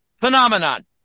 phenomenon